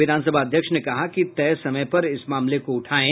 विधानसभा अध्यक्ष ने कहा कि तय समय पर इस मामले को उठाएं